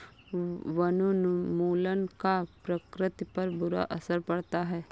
वनोन्मूलन का प्रकृति पर बुरा असर पड़ता है